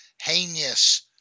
heinous